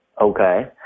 Okay